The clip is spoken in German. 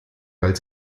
weil